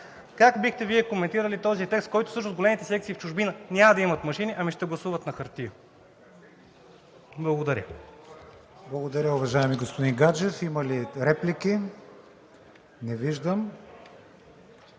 Как бихте Вие коментирали този текст, който всъщност големите секции в чужбина няма да имат машини, ами ще гласуват на хартия? Благодаря. ПРЕДСЕДАТЕЛ КРИСТИАН ВИГЕНИН: Благодаря, уважаеми господин Гаджев. Има ли реплики? Не виждам.